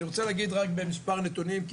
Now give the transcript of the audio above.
אני רוצה להגיד רק במספר נתונים כי